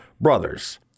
Brothers